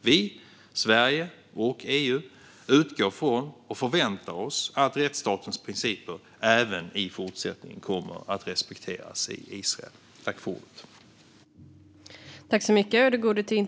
Vi - Sverige och EU - utgår från och förväntar oss att rättsstatens principer kommer att respekteras i Israel även i fortsättningen.